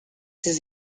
ses